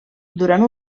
durant